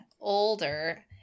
older